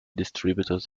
distributors